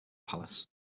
palace